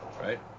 Right